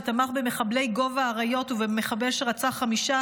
שתמך במחבלי גוב האריות ובמחבל שרצח חמישה